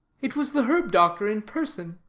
it was the herb-doctor in person.